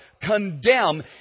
condemn